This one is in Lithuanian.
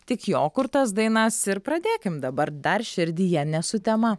tik jo kurtas dainas ir pradėkim dabar dar širdyje ne sutema